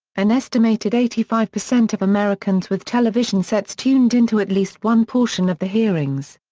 an estimated eighty five percent of americans with television sets tuned into at least one portion of the hearings.